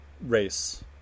race